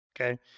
Okay